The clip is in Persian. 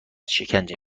شکنجه